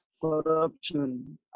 corruption